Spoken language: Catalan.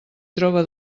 troba